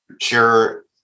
Sure